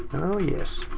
oh yes.